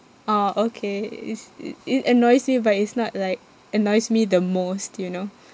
ah okay is it it annoys me but it's not like annoys me the most you know